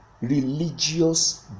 religious